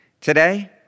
Today